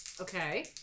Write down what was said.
Okay